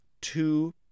two